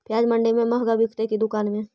प्याज मंडि में मँहगा बिकते कि दुकान में?